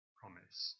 promise